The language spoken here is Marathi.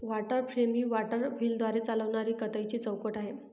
वॉटर फ्रेम ही वॉटर व्हीलद्वारे चालविणारी कताईची चौकट आहे